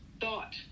thought